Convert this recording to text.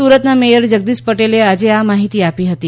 સુરતના મેયર જગદીશ પટેલે આજે આ માહિતી આપી હતી